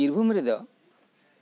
ᱵᱤᱨᱵᱷᱩᱢ ᱨᱮᱫᱚ